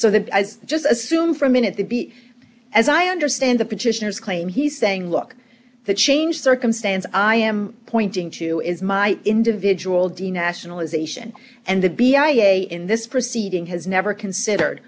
so that just assume for a minute to be as i understand the petitioners claim he's saying look the change circumstance i am pointing to is my individual de nationalisation and the b i am this proceeding has never considered